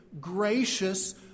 gracious